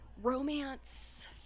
romance